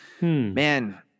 Man